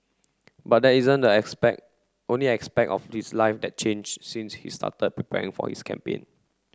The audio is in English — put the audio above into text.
but that isn't the aspect only aspect of this life that changed since he started preparing for his campaign